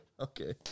Okay